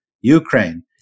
Ukraine